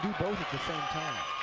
both at the same time,